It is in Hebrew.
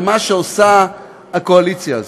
על מה שעושה הקואליציה הזאת,